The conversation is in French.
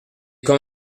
quand